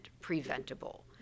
preventable